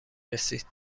رسید